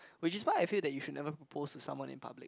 which is why I feel that you should never propose to someone in public